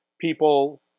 people